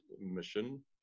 mission